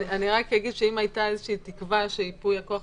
אני רק אגיד שאם הייתה איזו תקווה שייפוי הכוח